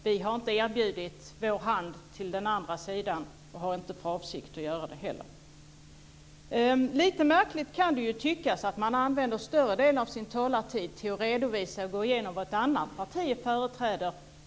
Vi har inte erbjudit vår hand till den andra sidan, och har inte för avsikt att göra det heller. Det kan tyckas lite märkligt att man använder större delen av sin talartid till att redovisa och gå igenom vad ett annat parti företräder.